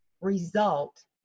result